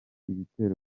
ibitero